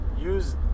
Use